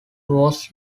was